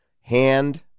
hand